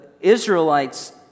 Israelites